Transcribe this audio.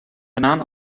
banaan